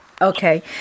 Okay